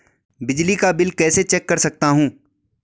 बिजली का बिल कैसे चेक कर सकता हूँ?